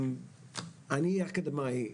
אני אקדמאי,